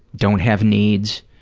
don't have needs.